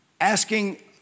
asking